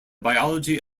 biology